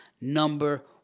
number